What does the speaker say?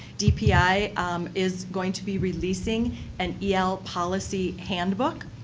dpi is going to be releasing an el policy handbook.